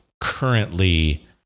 currently